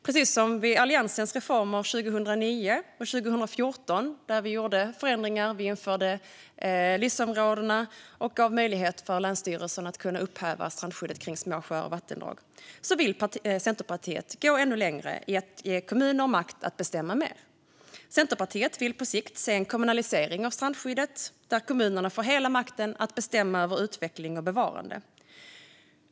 Precis som vid Alliansens reformer 2009 och 2014, där vi gjorde förändringar, införde LIS-områdena och gav möjlighet för länsstyrelsen att upphäva strandskyddet kring små sjöar och vattendrag, vill Centerpartiet gå ännu längre när det gäller att ge kommuner makt att bestämma mer. Centerpartiet vill på sikt se en kommunalisering av strandskyddet, där kommunerna får hela makten att bestämma över utveckling och bevarande.